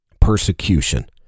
persecution